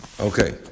Okay